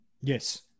Yes